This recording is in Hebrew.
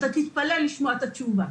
אתה תתפלא לשמוע את התשובה.